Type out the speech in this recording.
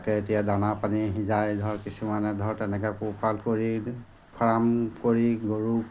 তাকে এতিয়া দানা পানী সিজাই ধৰ কিছুমানে ধৰ তেনেকৈ পোহপাল কৰি ফাৰ্ম কৰি গৰু